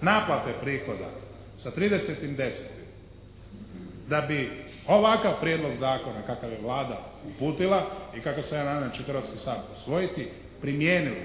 naplate prihoda sa 30.10. da bi ovakav prijedlog zakona kakav je Vlada uputila i kakav se ja nadam se će Hrvatski sabor usvojiti primijenili